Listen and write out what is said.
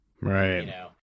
Right